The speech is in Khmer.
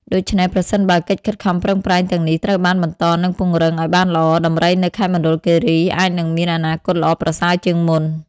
ដូច្នេះប្រសិនបើកិច្ចខិតខំប្រឹងប្រែងទាំងនេះត្រូវបានបន្តនិងពង្រឹងឲ្យបានល្អ ដំរីនៅខេត្តមណ្ឌលគិរីអាចនឹងមានអនាគតល្អប្រសើរជាងមុន។